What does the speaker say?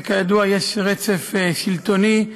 וכידוע יש רצף שלטוני,